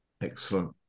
Excellent